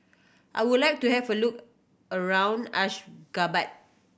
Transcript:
I would like to have a look around Ashgabat